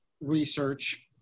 research